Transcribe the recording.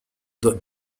that